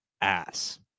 ass